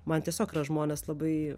man tiesiog yra žmonės labai